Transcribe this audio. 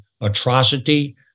atrocity